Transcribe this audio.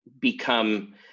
become